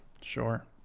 Sure